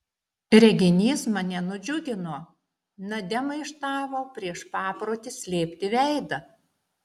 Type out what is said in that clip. reginys mane nudžiugino nadia maištavo prieš paprotį slėpti veidą